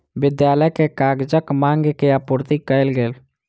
विद्यालय के कागजक मांग के आपूर्ति कयल गेल